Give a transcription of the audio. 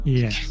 yes